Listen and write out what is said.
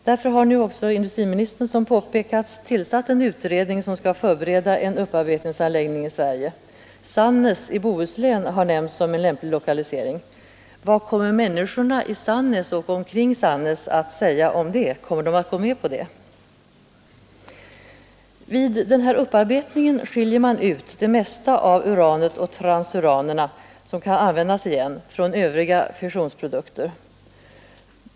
Därför har nu industriminstern tillsatt en utredning, som skall förbereda en upparbetningsanläggning i Sverige. Sannäs i Bohuslän har nämnts som en lämplig lokalisering. Vad kommer människorna där att säga om det? Kommer de att gå med på det? Vid upparbetningen skiljer man ut det mesta av uranet och transuranerna, som kan användas igen, från övriga fissionsprodukter.